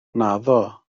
naddo